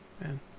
Man